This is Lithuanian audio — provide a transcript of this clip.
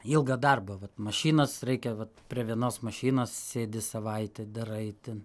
ilgą darbą vat mašinas reikia vat prie vienos mašinos sėdi savaitę darai ten